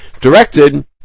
directed